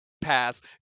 pass